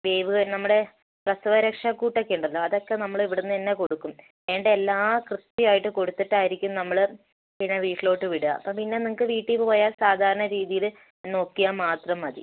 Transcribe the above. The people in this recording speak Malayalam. വേവു നമ്മുടെ പ്രസവരക്ഷാക്കൂട്ട് ഒക്കെ ഉണ്ടല്ലോ അതൊക്കെ നമ്മൾ ഇവിടെ നിന്ന് തന്നെ കൊടുക്കും വേണ്ട എല്ലാ കൃത്യമായിട്ട് കൊടുത്തിട്ടായിരിക്കും നമ്മൾ പിന്നെ വീട്ടിലോട്ട് വിടുക അപ്പോൾ പിന്നെ നിങ്ങൾക്ക് വീട്ടിൽ പോയാൽ സാധാരണ രീതിയിൽ നോക്കിയാൽ മാത്രം മതി